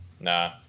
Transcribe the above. Nah